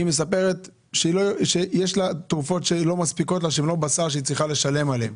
שמספרת שיש תרופות שהן לא בסל והיא צריכה לשלם עליהן.